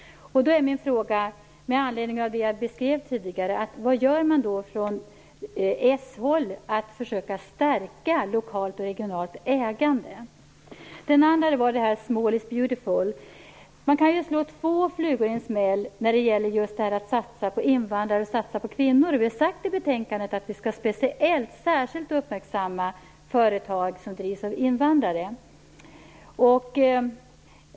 Med anledning av det som jag beskrev tidigare undrar jag vad man gör från s-håll för att försöka stärka lokalt och regionalt ägande. Min andra fråga gäller small is beautiful. Man kan ju slå två flugor i en smäll när det gäller att satsa på invandrare och på kvinnor. I betänkandet har vi sagt att vi särskilt skall uppmärksamma företag som drivs av invandrare.